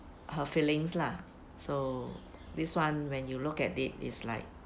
her feelings lah so this [one] when you look at it is like